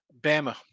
Bama